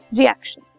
reaction।